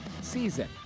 season